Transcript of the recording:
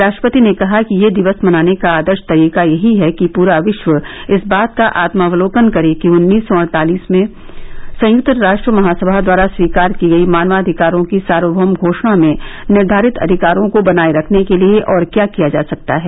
राष्ट्रपति ने कहा कि यह दिवस मनाने का आदर्श तरीका यही है कि पूरा विश्व इस बात का आत्मावलोकन करे कि उन्नीस सौ अड़तालिस में संयुक्त राष्ट्र महासभा द्वारा स्वीकार की गई मानवाधिकारों की सार्वमौम घोषणा में निर्धारित अधिकारों को बनाए रखने के लिए और क्या किया जा सकता है